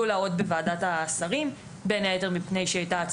בין היתר מפני שהיא הייתה הצעת חוק פרטית,